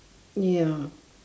ya